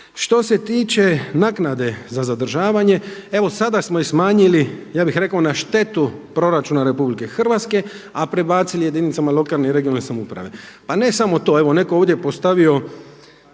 Što se tiče naknade za zadržavanje, evo sada smo ih smanjili ja bih rekao na štetu proračuna RH, a prebacili jedinicama lokalne i regionalne samouprave. Pa ne samo to, evo neko je ovdje postavio